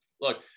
look